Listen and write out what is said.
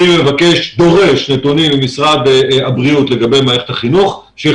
אני מבקש ממשרד הבריאות ודורש נתונים לגבי מערכת החינוך.